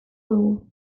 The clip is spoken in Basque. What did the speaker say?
dugu